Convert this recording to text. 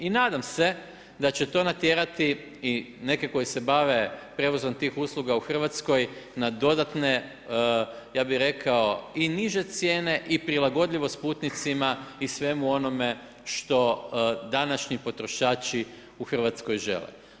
I nadam se da će to natjerati i neke koji se bave prijevozom tih usluga u RH na dodatne, ja bih rekao, i niže cijene i prilagodljivost putnicima i svemu onome što današnji potrošači u RH žele.